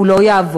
הוא לא יעבור.